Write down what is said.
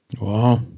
Wow